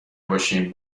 باشیم